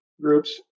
groups